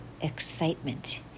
excitement